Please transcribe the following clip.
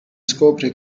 scopre